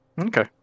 Okay